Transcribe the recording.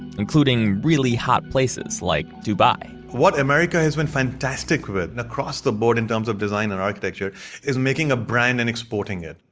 including really hot places like dubai what america has been fantastic with and across the board in terms of design or architecture is making a brand and exporting it.